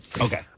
Okay